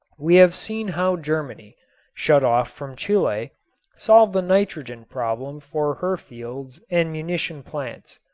we have seen how germany shut off from chile solved the nitrogen problem for her fields and munition plants.